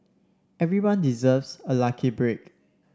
everyone deserves a lucky break